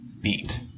beat